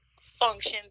function